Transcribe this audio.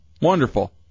Wonderful